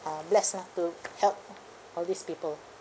uh blessed ah to help all these people